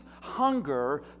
hunger